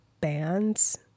bands